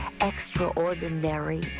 extraordinary